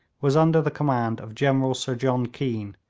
was under the command of general sir john keane,